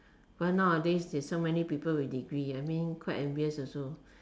but nowadays there's so many people with degree I mean quite envious also